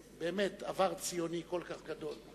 באמת עם עבר ציוני כל כך גדול,